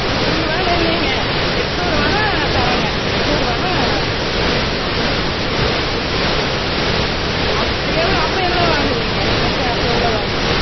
நூறுபாலாம் இல்லைங்க எண்நூறுவான்னா தரேங்க எண்நூறுவான்னா ம் ம் அப்போ எவ்வளோ அப்போ எவ்வளோ வாங்குவிங்க மொத்தம் அப்போ எவ்வளோ வாங்குவி